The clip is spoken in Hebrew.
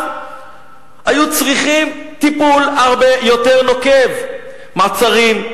היו צריכים טיפול הרבה יותר נוקב: מעצרים,